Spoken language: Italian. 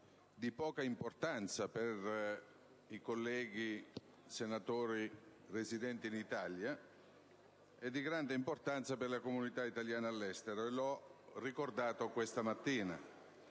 di poca importanza per i colleghi senatori residenti in Italia, è di grande importanza per la comunità italiana all'estero, come ho ricordato questa mattina.